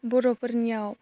बर'फोरनियाव